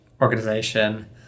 organization